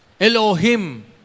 Elohim